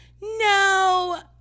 No